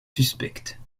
suspectes